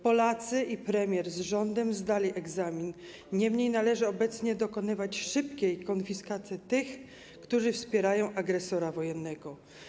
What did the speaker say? Polacy i premier z rządem zdali egzamin, niemniej należy obecnie dokonywać szybkiej konfiskaty tych, którzy wspierają agresora wojennego.